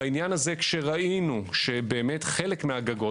בעניין הזה כשראינו שבאמת חלק מהגגות,